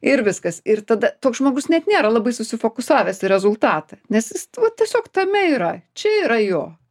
ir viskas ir tada toks žmogus net nėra labai susifokusavęs į rezultatą nes jis vat tiesiog tame yra čia yra jo